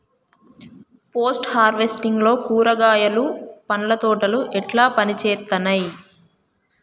Post harvesting లో కూరగాయలు పండ్ల తోటలు ఎట్లా పనిచేత్తనయ్?